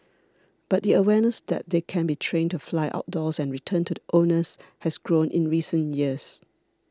but the awareness that they can be trained to fly outdoors and return to the owners has grown in recent years